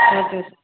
हजुर